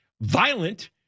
violent